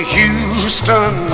Houston